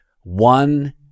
One